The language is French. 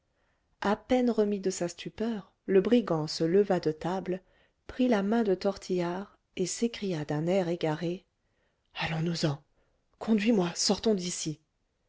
à peine remis de sa stupeur le brigand se leva de table prit la main de tortillard et s'écria d'un air égaré allons-nous-en conduis-moi sortons d'ici